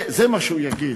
זה מה שהוא יגיד.